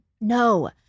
No